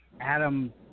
Adam